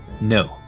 no